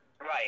Right